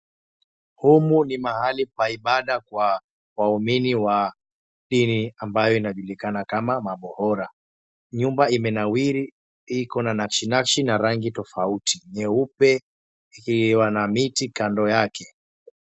Humu ni mahali pa ibada kwa waumini wa dini ambayo inajulikana kama mabohora. Nyumba imenawiri, iko na nakshi nakshi na rangi tofauti, nyeupe ikiwa na miti kando yake.